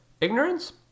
ignorance